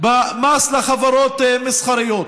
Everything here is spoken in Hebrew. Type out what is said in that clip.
במס לחברות מסחריות.